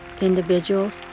individuals